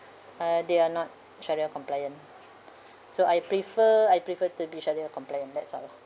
while they are not syriah compliant so I prefer I prefer to be syriah compliant that's all